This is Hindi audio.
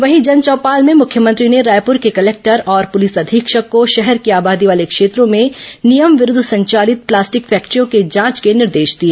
वहीं जनचौपाल में मुख्यमंत्री ने रायपूर के कलेक्टर और पूलिस अधीक्षक को शहर की आबादी वाले क्षेत्रों में नियम विरूद्व संचालित प्लास्टिक फैक्ट्रियों के जांच के निर्देश भी दिए